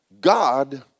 God